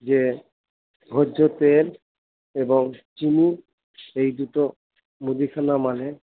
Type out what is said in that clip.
যে ভোজ্য তেল এবং চিনি এই দুটো মুদিখানা মালের